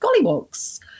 gollywogs